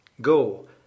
Go